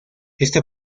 esta